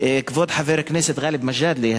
כבוד חבר הכנסת גאלב מג'אדלה,